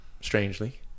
strangely